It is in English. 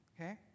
Okay